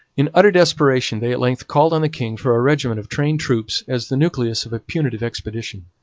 in utter desperation they at length called on the king for a regiment of trained troops as the nucleus of a punitive expedition.